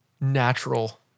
natural